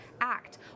Act